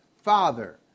father